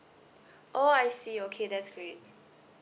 oh I see okay that's great